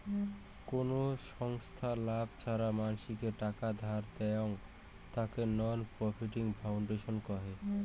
কোন ছংস্থা লাভ ছাড়া মানসিকে টাকা ধার দেয়ং, তাকে নন প্রফিট ফাউন্ডেশন কহে